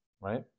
right